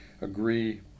Agree